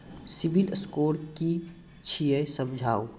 Civil score कि छियै समझाऊ?